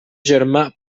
germà